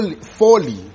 folly